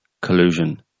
collusion